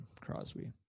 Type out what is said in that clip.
Crosby